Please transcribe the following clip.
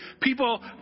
people